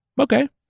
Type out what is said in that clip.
Okay